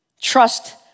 trust